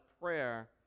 prayer